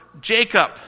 Jacob